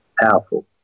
Powerful